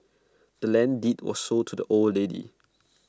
the land's deed was sold to the old lady